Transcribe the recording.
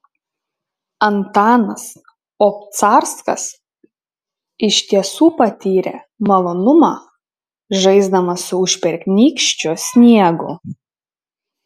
antanas obcarskas iš tiesų patyrė malonumą žaisdamas su užpernykščiu sniegu